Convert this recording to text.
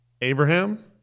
Abraham